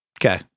Okay